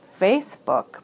Facebook